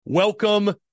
Welcome